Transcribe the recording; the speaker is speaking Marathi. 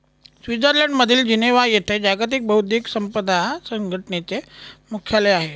स्वित्झर्लंडमधील जिनेव्हा येथे जागतिक बौद्धिक संपदा संघटनेचे मुख्यालय आहे